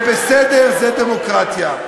זה בסדר, זאת דמוקרטיה.